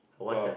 wonder